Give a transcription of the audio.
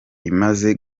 imaze